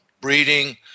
breeding